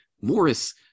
Morris